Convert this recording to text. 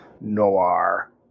noir